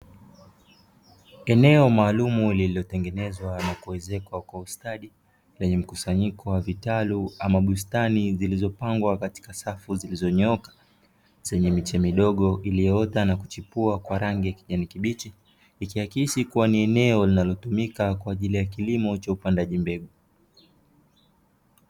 Eneo maalumu lililotengenezwa na kuuzekwa kwa ustadi, lenye mkusanyiko wa vitalu ama bustani zilizopangwa katika safu zilizonyooka, zenye miche midogo iliyoota na kuchipua kwa rangi ya kijani kibichi, ikiakisi kuwa ni eneo linalotumika kwa ajili ya kilimo cha upandaji mbegu.